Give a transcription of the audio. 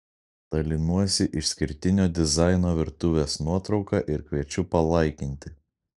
dalinuosi išskirtinio dizaino virtuvės nuotrauka ir kviečiu palaikinti